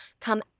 come